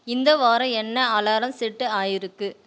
இந்த வாரம் என்ன அலாரம் செட்டு ஆகிருக்கு